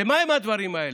ומהם הדברים האלה?